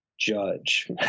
Judge